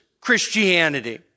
Christianity